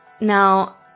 now